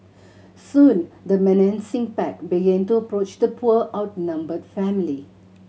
soon the menacing pack began to approach the poor outnumbered family